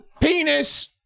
penis